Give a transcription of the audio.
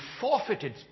forfeited